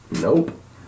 Nope